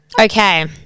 Okay